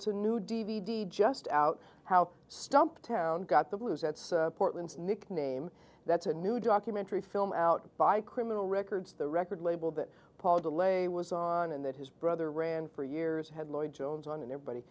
a new d v d just out how stumptown got the blues that's portland's nickname that's a new documentary film out by criminal records the record label that paul de lay was on and that his brother ran for years had lloyd jones on and everybody